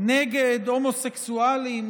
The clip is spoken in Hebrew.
נגד הומוסקסואלים,